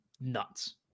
nuts